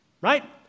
right